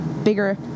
Bigger